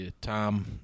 Tom